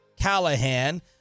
Callahan